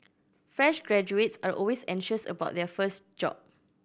fresh graduates are always anxious about their first job